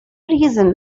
reason